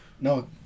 No